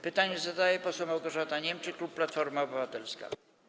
Pytanie zadaje pani poseł Małgorzata Niemczyk, klub Platforma Obywatelska.